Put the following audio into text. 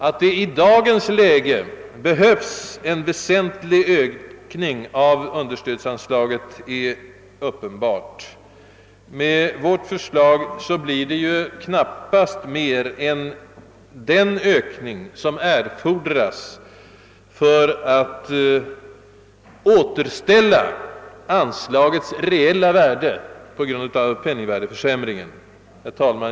Att i det i dagens läge behövs en vä sentlig ökning av understödsanslaget är uppenbart. Med vårt förslag blir det knappast mer än den ökning som på grund av penningvärdeförsämringen erfordras för att återställa anslagets reella värde. Herr talman!